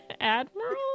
Admiral